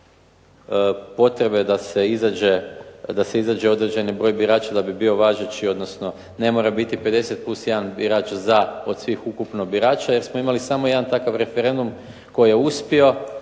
potrebe da izađe određeni broj birača da bi bio važeći odnosno ne mora biti 50+1 birač za od svih ukupno birača jer smo imali samo jedan takav referendum koji je uspio.